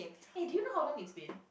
hey do you know how long it's been